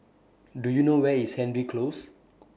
Do YOU know Where IS Hendry Close